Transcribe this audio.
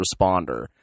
responder